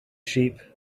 sheep